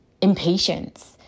Impatience